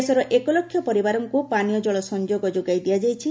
ଦେଶର ଏକ ଲକ୍ଷ ପରିବାରଙ୍କୁ ପାନୀୟ ଜଳ ସଂଯୋଗ ଯୋଗାଇ ଦିଆଯାଇଛି